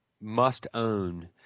must-own